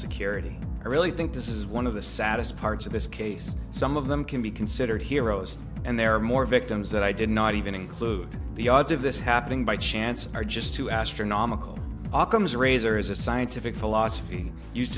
security i really think this is one of the saddest parts of this case some of them can be considered heroes and there are more victims that i did not even include the odds of this happening by chance are just too astronomical ockham's razor is a scientific philosophy use